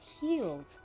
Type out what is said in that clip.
healed